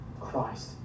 Christ